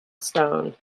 stone